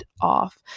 off